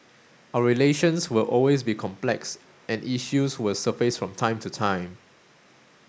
our relations will always be complex and issues will surface from time to time